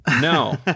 No